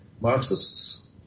Marxists